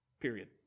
Period